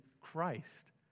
Christ